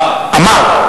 עמאר.